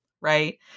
right